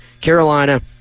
Carolina